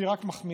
והיא רק מחמירה.